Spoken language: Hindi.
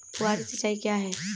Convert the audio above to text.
फुहारी सिंचाई क्या है?